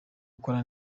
gukora